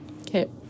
okay